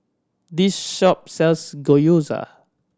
this shop sells Gyoza